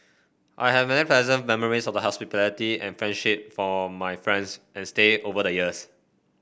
I have many pleasant memories of their hospitality and friendship from my friends and stay over the years